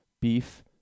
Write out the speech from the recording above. beef